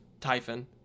Typhon